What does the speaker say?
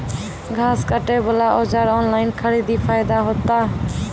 घास काटे बला औजार ऑनलाइन खरीदी फायदा होता?